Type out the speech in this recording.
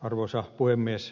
arvoisa puhemies